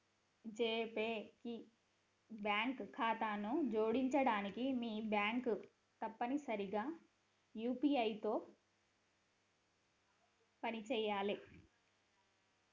GPay కి bank ఖాతాను జోడించడానికి మీ బ్యాంక్ తప్పనిసరిగా యూ.పీ.ఐ తో పనిచేయాలే